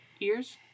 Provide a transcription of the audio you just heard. ears